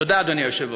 תודה, אדוני היושב-ראש.